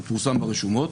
הוא פורסם ברשומות,